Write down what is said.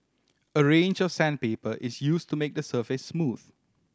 a range of sandpaper is used to make the surface smooth